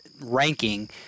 ranking